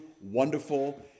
wonderful